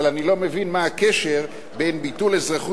אבל אני לא מבין מה הקשר בין ביטול אזרחות